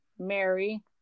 mary